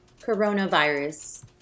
Coronavirus